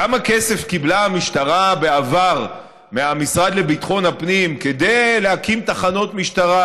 כמה כסף קיבלה המשטרה בעבר מהמשרד לביטחון הפנים כדי להקים תחנות משטרה,